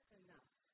enough